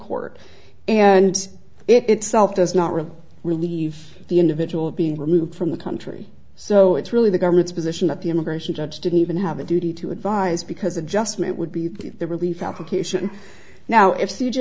court and itself does not really relieve the individual being removed from the country so it's really the government's position that the immigration judge didn't even have a duty to advise because adjustment would be the relief application now if